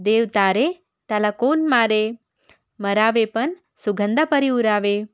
देव तारे त्याला कोण मारे मरावे पण सुगंधापरी उरावे